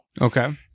Okay